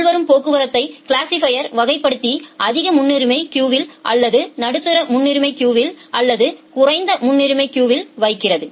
உள்வரும் போக்குவரத்தை கிளாசிபைர் வகைப்படுத்தி அதிக முன்னுரிமை கியூவில் அல்லது நடுத்தர முன்னுரிமை கியூவில் அல்லது குறைந்த முன்னுரிமை கியூவில் வைக்கிறது